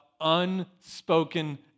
unspoken